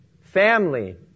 family